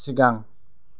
सिगां